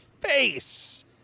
face